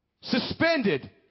suspended